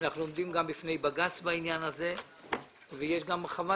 אנחנו עומדים גם בפני בג"ץ בעניין הזה ויש גם חוות